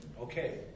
Okay